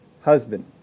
husband